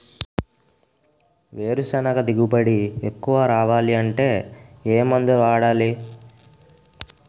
వేరుసెనగ దిగుబడి ఎక్కువ రావాలి అంటే ఏ మందు వాడాలి?